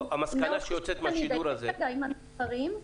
המסקנה שיוצאת מהשידור הזה ------ עם המספרים?